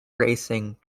racing